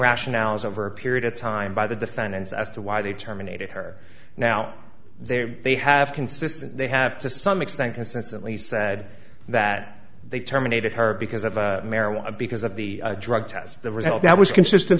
rationales over a period of time by the defendants as to why they terminated her now they they have consistent they have to some extent consistently said that they terminated her because of marijuana because of the drug test the result that was consistent